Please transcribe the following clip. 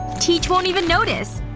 teach won't even notice.